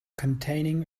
containing